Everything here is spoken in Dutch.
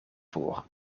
voor